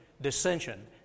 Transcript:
dissension